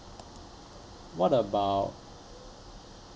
what about